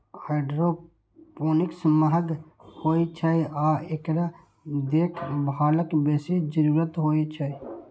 hydroponics महंग होइ छै आ एकरा देखभालक बेसी जरूरत होइ छै